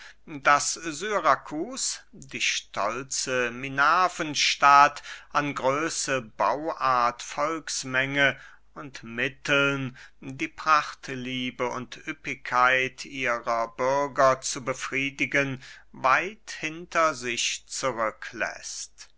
daß syrakus die stolze minervenstadt an größe bauart volksmenge und mitteln die prachtliebe und üppigkeit ihrer bürger zu befriedigen weit hinter sich